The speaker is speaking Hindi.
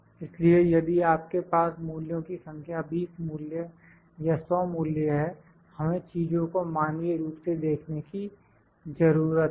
इसलिए यदि आपके पास मूल्यों की संख्या 20 मूल्य या 100 मूल्य है हमें चीजों को मानवीय रूप से देखने की जरूरत नहीं है